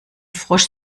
frosch